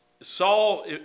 Saul